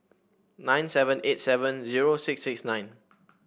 nine seven eight seven zero six six nine